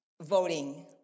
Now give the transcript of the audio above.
voting